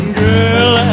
girl